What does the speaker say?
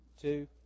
two